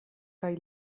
kaj